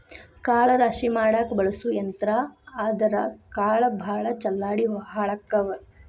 ಕಾಳ ರಾಶಿ ಮಾಡಾಕ ಬಳಸು ಯಂತ್ರಾ ಆದರಾ ಕಾಳ ಭಾಳ ಚಲ್ಲಾಡಿ ಹಾಳಕ್ಕಾವ